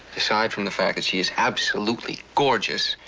aside from the fact that she's absolutely gorgeous,